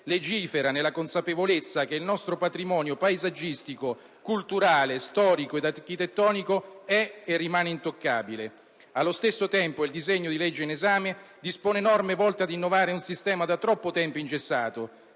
l'ambiente, nella consapevolezza che il nostro patrimonio paesaggistico, culturale, storico ed architettonico è e rimane intoccabile. Allo stesso tempo, il disegno di legge in esame dispone norme volte ad innovare un sistema da troppo tempo ingessato,